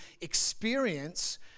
experience